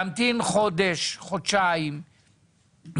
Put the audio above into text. להמתין חודש או חודשיים,